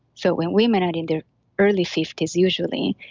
so, when women are in their early fifty s usually,